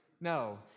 no